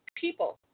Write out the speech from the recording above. people